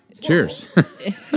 Cheers